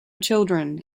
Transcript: children